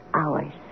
hours